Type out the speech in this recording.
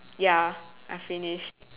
ya I finished